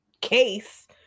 case